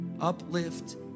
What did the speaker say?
uplift